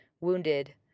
wounded